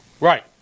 Right